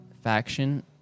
Faction